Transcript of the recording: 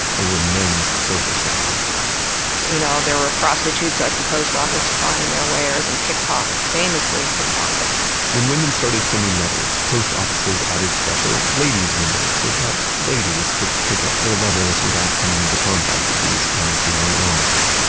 they were men's social spaces you know, there were prostitutes at the post office plying their wares and, famously, pickpockets famously, pickpockets when women started sending letters, post offices added special ladies windows so that ladies could pick up their letters without coming into contact with these unseemly elements.